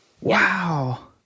Wow